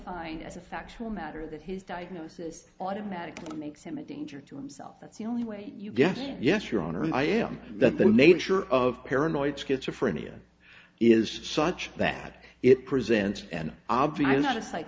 find as a factual matter that his diagnosis automatically makes him a danger to himself that's the only way you get yes your honor i am that the nature of paranoid schizophrenia is such that it presents an obvious i'm not a psych